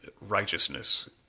righteousness